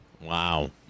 Wow